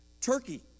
Turkey